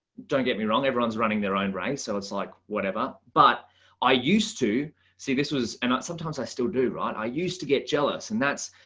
don't get me wrong, everyone's running their own race. so it's like, whatever. but i used to see this was not sometimes i still do, right. i used to get jealous. and that's,